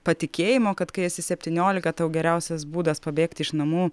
patikėjimo kad kai esi septyniolika tau geriausias būdas pabėgti iš namų